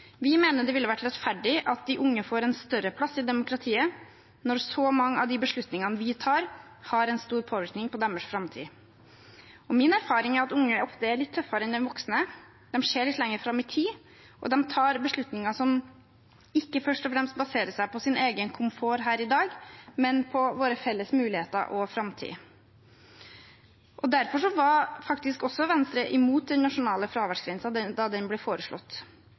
demokratiet når så mange av de beslutningene vi tar, har en stor påvirkning på deres framtid. Min erfaring er at unge ofte er litt tøffere enn de voksne, de ser litt lenger fram i tid, og de tar beslutninger som ikke først og fremst baserer seg på egen komfort her i dag, men på våre felles muligheter og framtid. Derfor var faktisk også Venstre imot den nasjonale fraværsgrensen da den ble foreslått.